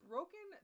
Broken